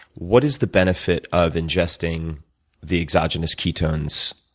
what is the benefit of ingesting the exogenous ketones,